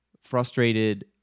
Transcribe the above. frustrated